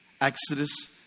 Exodus